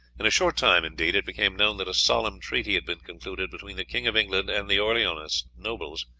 in a short time, indeed, it became known that a solemn treaty had been concluded between the king of england and the orleanist nobles,